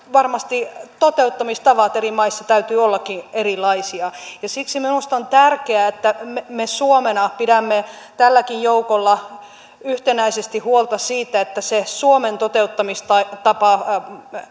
varmasti toteuttamistapojen eri maissa täytyy ollakin erilaisia ja siksi minusta on tärkeää että me me suomena pidämme tälläkin joukolla yhtenäisesti huolta siitä että se suomen toteuttamistapa